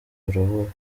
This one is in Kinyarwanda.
baravuga